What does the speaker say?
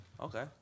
Okay